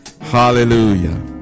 Hallelujah